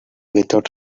without